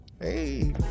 Hey